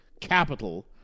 capital